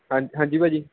ਹਾਂ ਹਾਂਜੀ ਭਾਅ ਜੀ